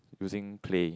using clay